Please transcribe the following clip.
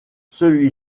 celui